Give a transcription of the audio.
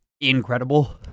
incredible